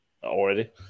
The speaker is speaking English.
already